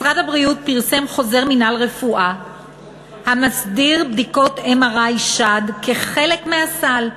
משרד הבריאות פרסם חוזר מינהל רפואה המסדיר בדיקות MRI שד כחלק מהסל,